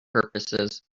purposes